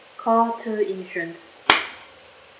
call two insurance